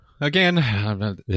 again